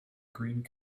greene